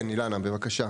כן, אילנה, בבקשה.